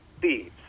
thieves